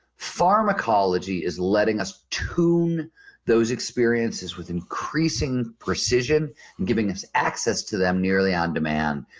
pharmacology is letting us tune those experiences with increasing precision and giving us access to them nearly on demand.